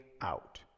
out